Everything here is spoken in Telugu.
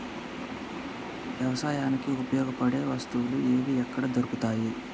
వ్యవసాయానికి ఉపయోగపడే వస్తువులు ఏవి ఎక్కడ దొరుకుతాయి?